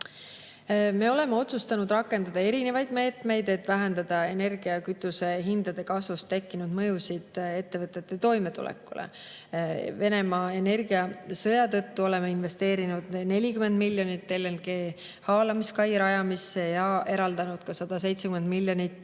Me oleme otsustanud rakendada erinevaid meetmeid, et vähendada energia ja kütuste hindade kasvust tekkinud mõju ettevõtete toimetulekule. Venemaa energiasõja tõttu oleme investeerinud 40 miljonit LNG‑haalamiskai rajamisse ja eraldanud 170 miljonit